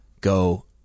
go